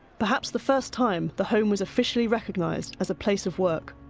perhaps the first time the home was officially recognised as a place of work.